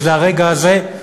וזה הרגע הזה,